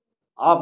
of